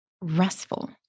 restful